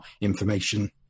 information